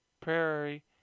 Prairie